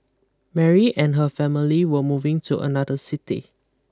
Mary and her family were moving to another city